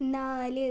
നാല്